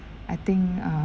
I think uh